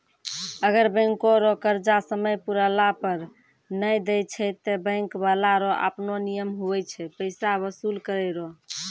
अगर बैंको रो कर्जा समय पुराला पर नै देय छै ते बैंक बाला रो आपनो नियम हुवै छै पैसा बसूल करै रो